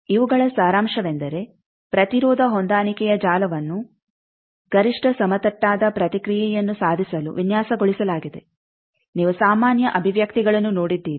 ಆದ್ದರಿಂದ ಇವುಗಳ ಸಾರಾಂಶವೆಂದರೆ ಪ್ರತಿರೋಧ ಹೊಂದಾಣಿಕೆಯ ಜಾಲವನ್ನು ಗರಿಷ್ಠ ಸಮತಟ್ಟಾದ ಪ್ರತಿಕ್ರಿಯೆಯನ್ನು ಸಾಧಿಸಲು ವಿನ್ಯಾಸಗೊಳಿಸಲಾಗಿದೆ ನೀವು ಸಾಮಾನ್ಯ ಅಭಿವ್ಯಕ್ತಿಗಳನ್ನು ನೋಡಿದ್ದೀರಿ